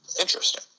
Interesting